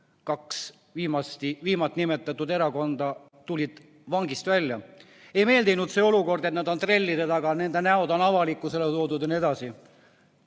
kaks viimati nimetatud erakonda tulid vangist välja. Neile ei meeldinud see olukord, et nad on trellide taga, nende näod on avalikkuse ette toodud jne.